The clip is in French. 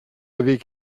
avez